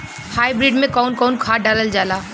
Hybrid में कउन कउन खाद डालल जाला?